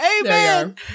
Amen